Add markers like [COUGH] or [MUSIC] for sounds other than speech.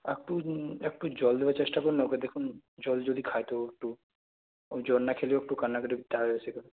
একটু একটু জল দেওয়ার চেষ্টা করুন না ওকে দেখুন জল যদি খায় তো একটু ও জল না খেলে ও একটু কান্নাকাটি [UNINTELLIGIBLE]